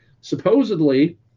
supposedly